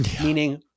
meaning